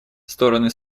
стороны